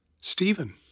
Stephen